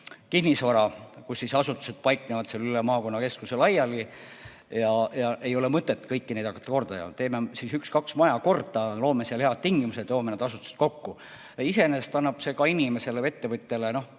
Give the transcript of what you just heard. kinnisvara, asutused paiknevad üle maakonnakeskuse laiali ja ei ole mõtet kõiki neid hakata korda tegema. Teeme ühe maja või kaks maja korda, loome seal head tingimused, seome need asutused kokku. Iseenesest annab see ka inimesele ja ettevõtjale